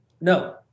No